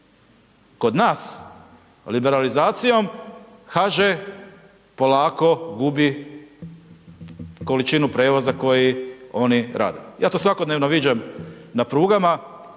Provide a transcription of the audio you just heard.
Kod nas liberalizacijom HŽ polako gubi količinu prijevoza koji oni rade. Ja to svakodnevno viđam na prugama